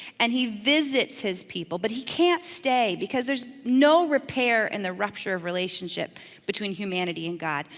and he visits his people, but he can't stay because there's no repair in the rupture of relationship between humanity and god,